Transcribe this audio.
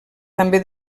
també